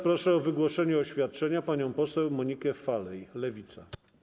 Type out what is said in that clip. Proszę o wygłoszenie oświadczenia panią poseł Monikę Falej, Lewica.